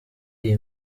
iyi